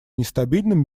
нестабильным